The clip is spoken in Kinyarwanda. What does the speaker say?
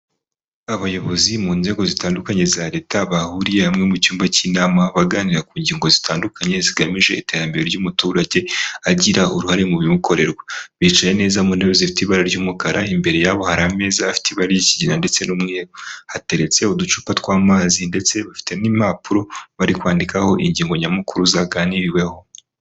Abayobozi mu nzego zitandukanye za leta bahuriye hamwe mu cyumba cy'inama baganira ku ngingo zitandukanye zigamije iterambere ry'umuturage agira uruhare mu bimukorerwa, bicaye neza mu ntebe zifite ibara ry'umukara, imbere yabo hari ameza afite ibara ry'ikigina ndetse n'umweru, hateretse uducupa tw'amazi ndetse bafite n'impapuro bari kwandikaho ingingo nyamukuru zaganiriweho.